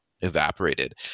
evaporated